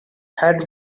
head